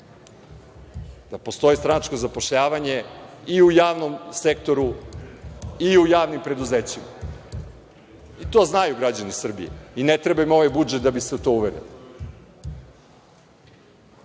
postoji stranačko zapošljavanje i u javnom sektoru i u javnim preduzećima. To znaju građani Srbije i ne treba im ovaj budžet da bi se u to uverili. Želim